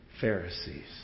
Pharisees